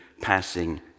passing